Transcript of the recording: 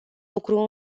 lucru